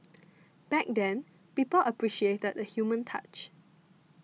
back then people appreciated the human touch